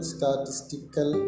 Statistical